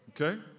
okay